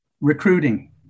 recruiting